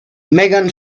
megan